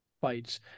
fights